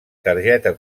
targeta